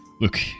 look